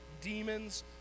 demons